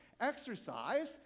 Exercise